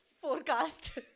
forecast